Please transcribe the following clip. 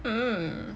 hmm